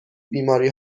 بیماری